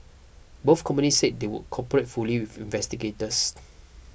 both companies said they would cooperate fully with investigators